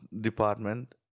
department